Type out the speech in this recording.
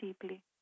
deeply